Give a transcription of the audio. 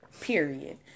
Period